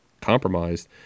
compromised